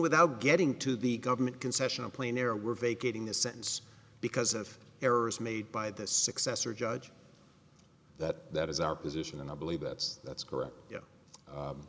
without getting to the government concession a plane there were vacating the sentence because of errors made by the successor judge that that is our position and i believe that's that's correct